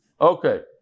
Okay